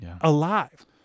alive